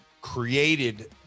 created